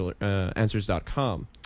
Answers.com